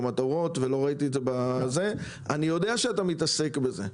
יודע שאתה מתעסק בזה.